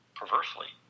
perversely